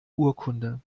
urkunde